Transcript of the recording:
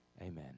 Amen